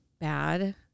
bad